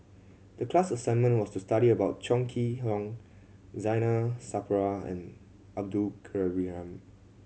the class assignment was to study about Chong Kee Hiong Zainal Sapari and Abdul Kadir Ibrahim